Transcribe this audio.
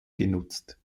genutzt